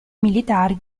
militari